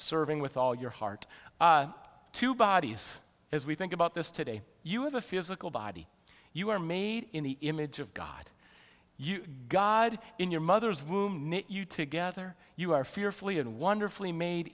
serving with all your heart two bodies as we think about this today you have a physical body you are made in the image of god you god in your mother's womb you together you are fearfully and wonderfully made